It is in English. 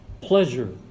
pleasure